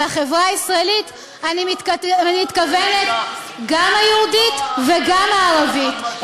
ובחברה הישראלית אני מתכוונת גם היהודית וגם הערבית,